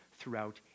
throughout